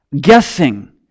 Guessing